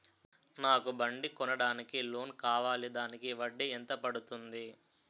నాకు బండి కొనడానికి లోన్ కావాలిదానికి వడ్డీ ఎంత పడుతుంది?